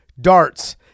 darts